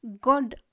God